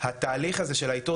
התהליך הזה של האיתור,